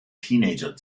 teenager